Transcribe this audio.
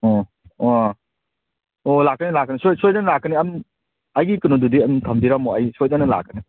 ꯑꯣ ꯑꯣ ꯑꯣ ꯂꯥꯛꯀꯅꯤ ꯂꯥꯛꯀꯅꯤ ꯁꯣꯏꯗꯅ ꯂꯥꯛꯀꯅꯤ ꯑꯝ ꯑꯩꯒꯤ ꯀꯩꯅꯣꯗꯨꯗꯤ ꯑꯗꯨꯝ ꯊꯝꯕꯤꯔꯝꯃꯣ ꯑꯩ ꯁꯣꯏꯗꯅ ꯂꯥꯛꯀꯅꯤ